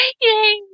yay